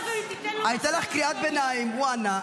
הייתה לך קריאת ביניים, הוא ענה.